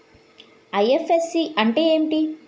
IFSC అంటే ఏమిటి?